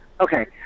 Okay